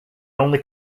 only